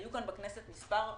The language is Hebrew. היו כאן בכנסת כמה הצעות,